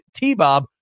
TBOB